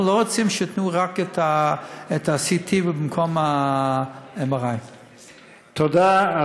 לא רוצים שייתנו רק CT במקום MRI. תודה,